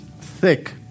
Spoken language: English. thick